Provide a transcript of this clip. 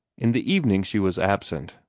in the evening she was absent,